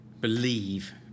believe